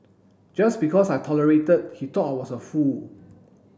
just because I tolerated he thought I was a fool